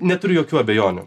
neturiu jokių abejonių